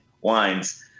wines